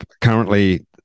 currently